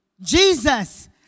Jesus